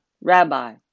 Rabbi